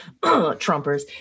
Trumpers